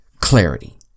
clarity